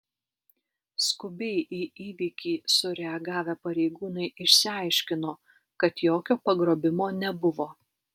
skubiai į įvykį sureagavę pareigūnai išsiaiškino kad jokio pagrobimo nebuvo